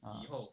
ah